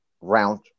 round